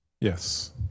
Yes